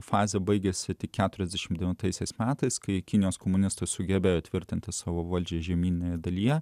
fazė baigėsi tik keturiasdešimt devintaisiais metais kai kinijos komunistai sugebėjo įtvirtinti savo valdžią žemyninėje dalyje